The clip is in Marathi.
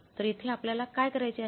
तर येथे आपल्याला काय करायचे आहे